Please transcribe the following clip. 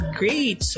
great